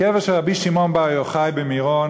הקבר של רבי שמעון בר יוחאי במירון,